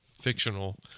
fictional